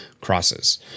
crosses